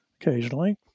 occasionally